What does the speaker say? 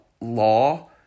law